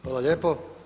Hvala lijepo.